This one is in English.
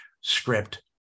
script